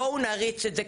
בואו נריץ את זה,